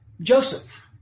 joseph